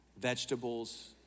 vegetables